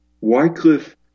Wycliffe